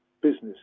business